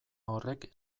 horrek